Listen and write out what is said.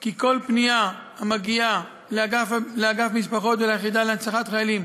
כי כל פנייה המגיעה לאגף משפחות וליחידה להנצחת חיילים